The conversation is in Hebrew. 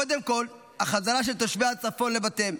קודם כול החזרה של תושבי הצפון לבתיהם,